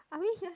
are we here